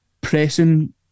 pressing